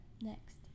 next